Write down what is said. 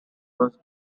was